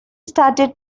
started